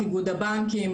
איגוד הבנקים,